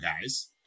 guys